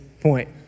point